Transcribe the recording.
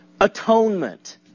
atonement